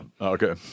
Okay